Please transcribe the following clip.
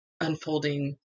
unfolding